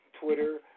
Twitter